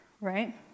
right